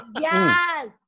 Yes